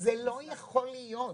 זה לא יכול להיות.